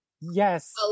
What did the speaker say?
yes